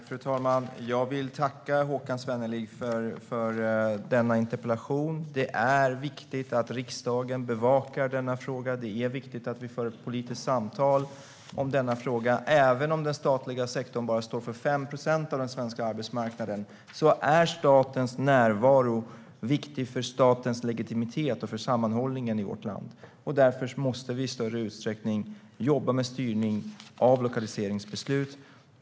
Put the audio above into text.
Fru talman! Jag vill tacka Håkan Svenneling för denna interpellation. Det är viktigt att riksdagen bevakar denna fråga. Det är viktigt att vi för ett politiskt samtal om denna fråga. Även om den statliga sektorn står för bara 5 procent av den svenska arbetsmarknaden är statens närvaro viktig för statens legitimitet och för sammanhållningen i vårt land. Därför måste vi i större utsträckning jobba med styrning av lokaliseringsbeslut.